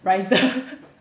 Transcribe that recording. riser